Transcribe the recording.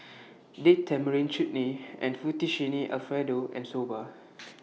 Date Tamarind Chutney Fettuccine Alfredo and Soba